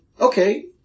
okay